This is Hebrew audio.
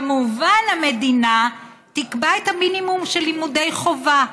כמובן המדינה תקבע את המינימום של לימודי חובה,